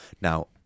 now